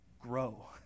grow